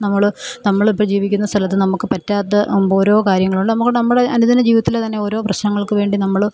നമ്മൾ നമ്മളിപ്പോൾ ജീവിക്കുന്ന സ്ഥലത്ത് നമുക്ക് പറ്റാത്ത ഓരോ കാര്യങ്ങളുണ്ട് നമുക്ക് നമ്മുടെ അനുദിനജീവിതത്തിൽ തന്നെ ഓരോ പ്രശ്നങ്ങൾക്കുവേണ്ടി നമ്മൾ